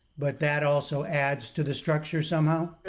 but that also adds to the structure somehow?